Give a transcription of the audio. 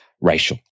racial